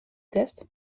test